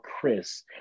Chris